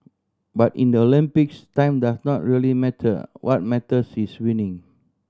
but in the Olympics time does not really matter what matters is winning